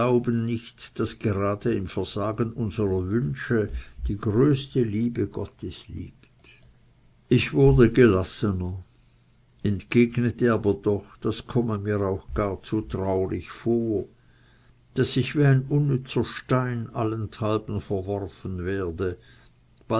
nicht daß gerade im versagen unserer wünsche die größte liebe gottes liegt ich wurde gelassener entgegnete aber doch das komme mir auch gar zu traurig vor daß ich wie ein unnützer stein allenthalben verworfen werde